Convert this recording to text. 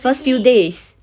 first few days